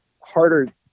harder